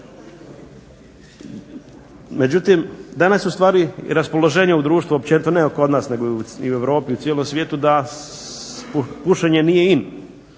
Međutim, danas u stvar je raspoloženje u društvu općenito, ne kod nas nego i u Europi i u cijelom svijetu da pušenje nije in